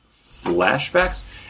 flashbacks